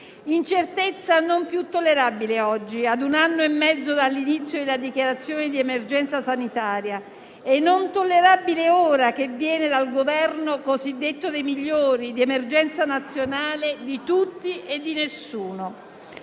incertezza non è più tollerabile oggi, ad un anno e mezzo dall'inizio della dichiarazione di emergenza sanitaria e non tollerabile ora che viene dal Governo cosiddetto dei migliori, di emergenza nazionale, di tutti e di nessuno.